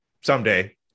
Someday